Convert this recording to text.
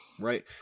Right